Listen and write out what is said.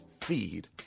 feed